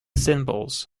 symbols